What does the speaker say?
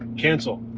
cancel.